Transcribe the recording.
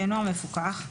שאינו המפוקח,